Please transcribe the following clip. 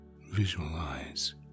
visualize